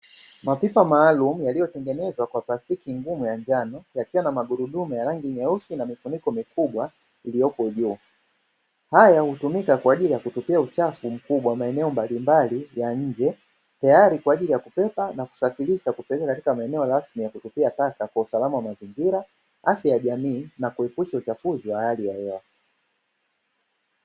Mapipa maalumu yaliyotengenezwa kwa plastiki ngumu ya njano yakiwa na magurudumu ya rangi nyeusi na mifuniko mikubwa iliyopo juu. Haya hutumika kwa ajili ya kutupia uchafu mkubwa maeneo mbalimbali ya nje, tayari kwa ajili ya kutupa na kusafirisha kupeleka katika maeneo rasmi ya kutupia taka kwa usalama wa mazingira, afya ya jamii na kuepusha uchafuzi wa hali ya hewa.